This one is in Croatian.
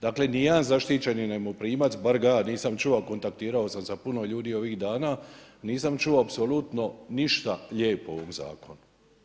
Dakle, niti jedan zaštićeni najmoprimac, bar ga ja nisam čuo, a kontaktirao sam sa puno ljudi ovih dana, nisam čuo apsolutno ništa lijepo o ovom zakonu.